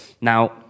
now